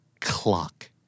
Clock